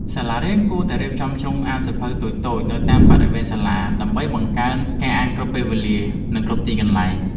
សាលារៀនគួរតែរៀបចំជ្រុងអានសៀវភៅតូចៗនៅតាមបរិវេណសាលាដើម្បីបង្កើនការអានគ្រប់ពេលវេលានិងគ្រប់ទីកន្លែង។